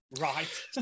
right